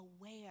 aware